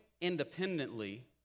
independently